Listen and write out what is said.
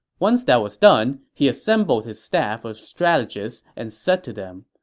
once that was done, he assembled his staff of strategists and said to them,